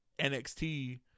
NXT